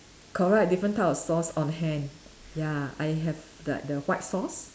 correct different type of sauce on hand ya I have like the white sauce